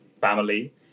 family